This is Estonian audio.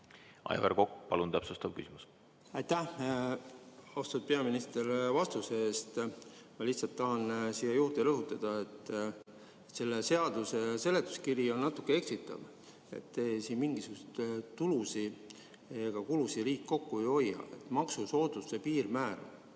Aivar Kokk, palun täpsustav küsimus! Aitäh, austatud peaminister, vastuse eest! Ma lihtsalt tahan siia juurde rõhutada, et selle seaduse seletuskiri on natuke eksitav. Siin mingisuguseid tulusid ega kulusid riik kokku ei hoia. Maksusoodustuse piirmäär